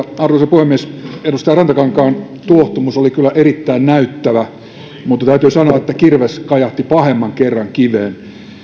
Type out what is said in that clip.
puhemies edustaja rantakankaan tuohtumus oli kyllä erittäin näyttävää mutta täytyy sanoa että kirves kajahti pahemman kerran kiveen